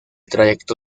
trayecto